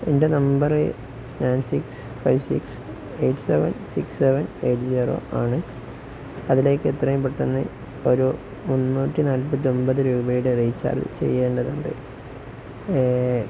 എൻ്റെ number nine six five six eight seven six seven eight zero ആണ് അതിലേക്ക് എത്രയും പെട്ടെന്ന് ഒരു മുന്നൂറ്റി നാൽപത്തിയൊമ്പത് രൂപയുടെ റീചാര്ജ് ചെയ്യേണ്ടതുണ്ട്